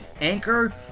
Anchor